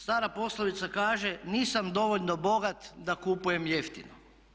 Stara poslovica kaže nisam dovoljno bogat da kupujem jeftino.